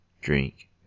drink